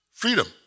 Freedom